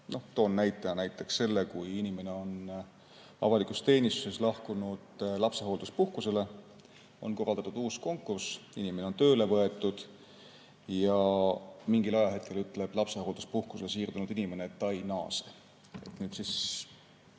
Toon näiteks selle, et inimene on avalikust teenistusest lahkunud lapsehoolduspuhkusele, on korraldatud uus konkurss, inimene on tööle võetud ja mingil ajahetkel ütleb lapsehoolduspuhkusele siirdunud inimene, et ta ei naase. Hetkel